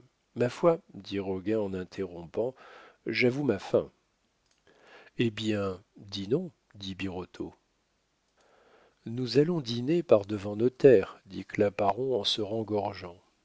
ma foi dit roguin en interrompant j'avoue ma faim eh bien dînons dit birotteau nous allons dîner par-devant notaire dit claparon en se rengorgeant